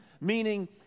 meaning